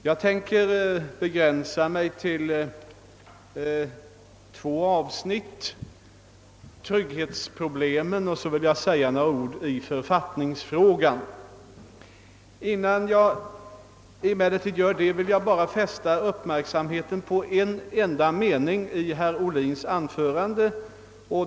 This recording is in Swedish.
Jag tänker begränsa mig till två avsnitt: författningsfrågan och trygghetsproblemen. Innan jag går in på dessa ting, vill jag emellertid fästa uppmärksamheten på en enda mening i herr Ohlins anförande.